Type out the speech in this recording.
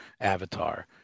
avatar